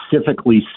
specifically